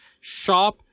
shop